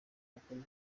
bakuru